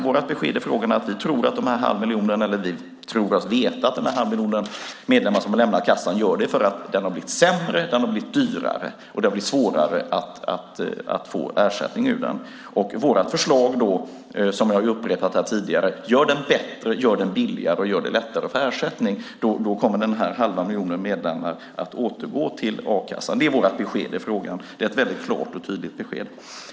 Vårt besked i frågan är att vi tror oss veta att den här halvmiljonen medlemmar som har lämnat kassan har gjort det därför att den har blivit sämre, den har blivit dyrare och det har blivit svårare att få ersättning ur den. Vårt förslag, som jag har upprepat här tidigare, gör den bättre, gör den billigare och gör det lättare att få ersättning. Då kommer den här halva miljonen medlemmar att återgå till a-kassan. Det är vårt besked i frågan. Det är ett väldigt klart och tydligt besked.